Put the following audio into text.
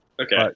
Okay